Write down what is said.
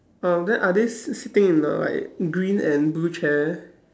um then are they sit~ sitting in the like green and blue chair